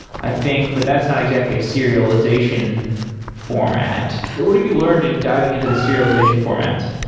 i think, but that's not exactly a serialization format. what have you learned in diving into the serialization formats?